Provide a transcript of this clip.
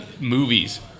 Movies